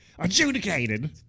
Adjudicated